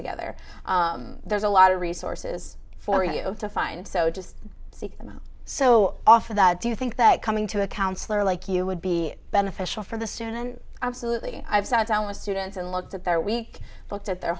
together there's a lot of resources for you to find so just see them so often do you think that coming to a counsellor like you would be beneficial for the student and absolutely i've sat down with students and looked at their week looked at their